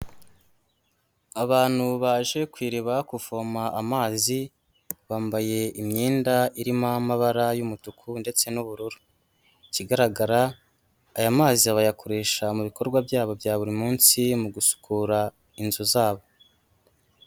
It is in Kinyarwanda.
Abantu baje ku iriba kuvoma amazi bambaye imyenda irimo amabara y'umutuku ndetse n'ubururu, ikigaragara aya mazi bayakoresha mu bikorwa byabo bya buri munsi mu gusukura inzu zabo.